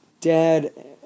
dad